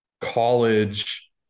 college